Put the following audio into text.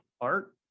art